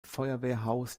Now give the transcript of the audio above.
feuerwehrhaus